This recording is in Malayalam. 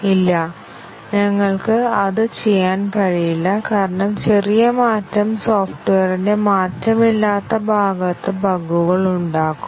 ഇല്ല ഞങ്ങൾക്ക് അത് ചെയ്യാൻ കഴിയില്ല കാരണം ചെറിയ മാറ്റം സോഫ്റ്റ്വെയറിന്റെ മാറ്റമില്ലാത്ത ഭാഗത്ത് ബഗുകൾ ഉണ്ടാക്കും